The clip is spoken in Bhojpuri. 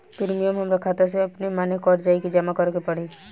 प्रीमियम हमरा खाता से अपने माने कट जाई की जमा करे के पड़ी?